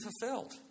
fulfilled